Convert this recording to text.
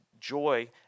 joy